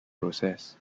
process